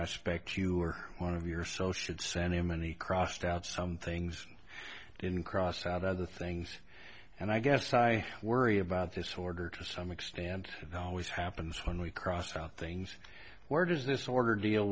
suspect you were one of your so should send him and he crossed out some things didn't cross out other things and i guess i worry about this order to some extent and always happens when we cross out things where does this order deal